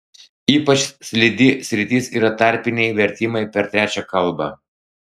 ypač slidi sritis yra tarpiniai vertimai per trečią kalbą